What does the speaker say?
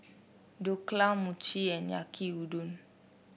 Dhokla Mochi and Yaki Udon